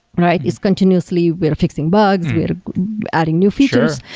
right? it's continuously we're fixing bugs, we're adding new features.